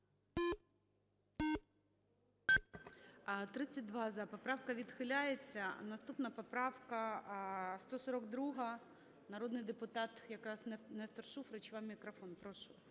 За-32 Поправка відхиляється. Наступна поправка - 142, народний депутат якраз Нестор Шуфрич. Вам мікрофон, прошу.